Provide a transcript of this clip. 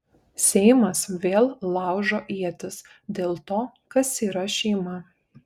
seimas vėl laužo ietis dėl to kas yra šeima